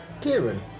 Kieran